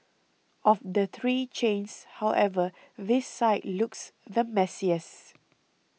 of the three chains however this site looks the messiest